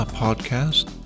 podcast